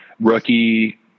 rookie